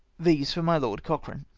these for. my lord cochrane.